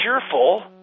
cheerful